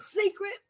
secret